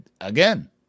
again